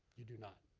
you do not.